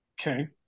Okay